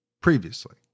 previously